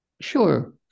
Sure